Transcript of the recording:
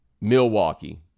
Milwaukee